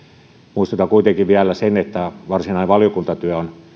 muistutan kuitenkin vielä että varsinainen valiokuntatyö on